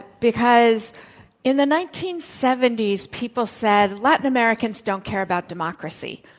because in the nineteen seventy s, people said, latin americans don't care about democracy,